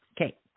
okay